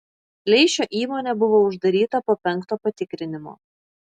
leišio įmonė buvo uždaryta po penkto patikrinimo